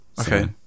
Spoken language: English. Okay